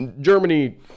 Germany